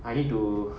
I need to